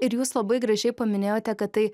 ir jūs labai gražiai paminėjote kad tai